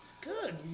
Good